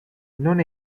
non